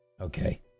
Okay